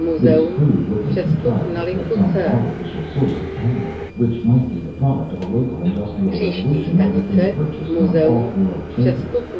this crude looking contrivance had some artificial source of power, which might be the product of a local industrial revolution or have been purchased from off-world traders.